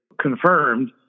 confirmed